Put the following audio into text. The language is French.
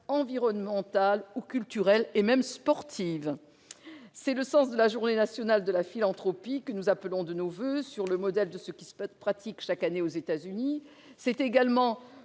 environnementale, culturelle ou sportive. C'est le sens de la journée nationale de la philanthropie que nous appelons de nos voeux sur le modèle de ce qui se pratique chaque année aux États-Unis. C'est également